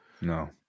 No